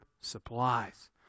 supplies